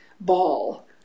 ball